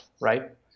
right